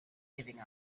giving